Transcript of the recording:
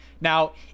now